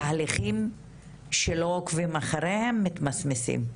תהליכים שלא עוקבים אחריהם מתמסמסים,